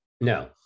No